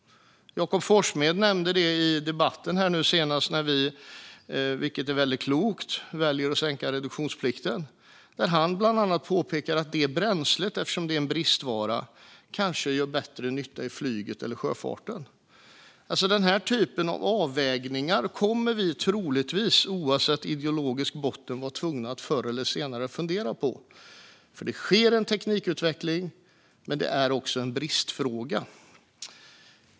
Jakob Forssmed nämnde något i debatten senast apropå att vi, vilket är väldigt klokt, väljer att sänka reduktionsplikten. Han påpekar bland annat att det bränslet, eftersom det är en bristvara, kanske gör bättre nytta i flyget eller sjöfarten. Denna typ av avvägningar kommer vi troligtvis att vara tvungna att förr eller senare fundera på, oavsett ideologisk botten. Det sker nämligen en teknikutveckling, men det är också en bristfråga.